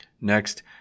Next